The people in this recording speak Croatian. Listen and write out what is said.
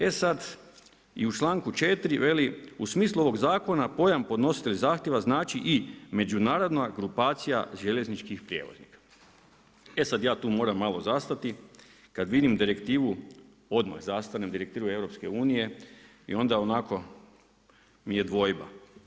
E sad i u čl.4. veli: „U smislu ovog zakona, pojam podnositelj zahtjeva znači i međunarodna grupacija željezničkih prijevoznika.“ E sad ja tu moram malo zastati, kad vidim direktivnu, odmah zastanem, direktivu EU, i onda onako mi je dvojba.